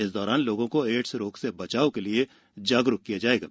इस दौरान लोगों को एड्स रोग से बचाव के लिये जागरूक किया जा रहा है